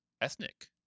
ethnic